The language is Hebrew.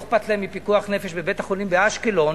אכפת להם מפיקוח נפש בבית-החולים באשקלון